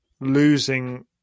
losing